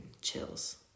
chills